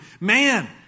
Man